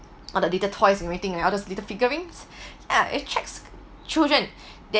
on the little toys everything all those little figurines and it attracts children then